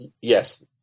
yes